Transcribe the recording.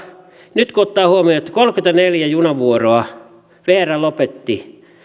nyt kun ottaa huomioon että kolmekymmentäneljä junavuoroa vr lopetti